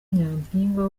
nyampinga